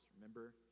remember